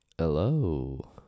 Hello